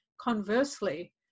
conversely